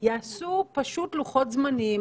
יעשו פשוט לוחות זמנים?